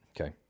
Okay